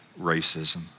racism